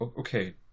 Okay